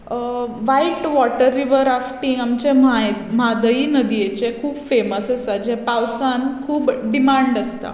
वायट water river rafting आमच्या म्हादय नदीयेचेर खूब फॅमस आसा जें पावसांत खूब डिमान्ड आसता